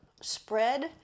spread